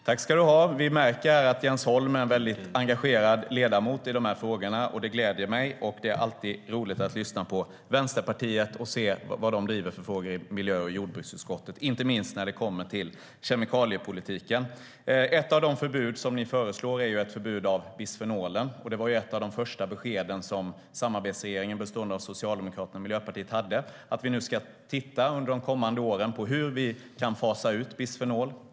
Herr talman! Vi märker här att Jens Holm är en ledamot som är engagerad i dessa frågor, och det gläder mig. Det är alltid roligt att lyssna på Vänsterpartiet och höra vilka frågor de driver i miljö och jordbruksutskottet, inte minst när det kommer till kemikaliepolitiken. Ett av de förbud ni föreslår är ett förbud av bisfenolen. Det var ett av de första besked som samarbetsregeringen bestående av Socialdemokraterna och Miljöpartiet hade: Vi ska nu under de kommande åren titta på hur vi kan fasa ut bisfenol.